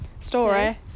Story